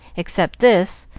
except this,